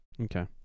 Okay